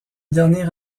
dernier